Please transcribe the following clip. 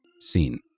scene